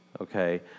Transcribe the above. okay